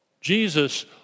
Jesus